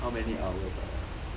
how many hours ah